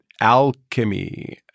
alchemy